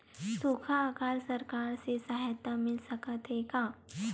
सुखा अकाल सरकार से सहायता मिल सकथे का?